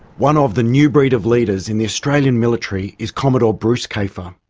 one of the new breed of leaders in the australian military is commodore bruce kafer.